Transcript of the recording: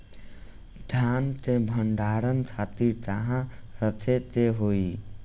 धान के भंडारन खातिर कहाँरखे के होई?